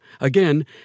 Again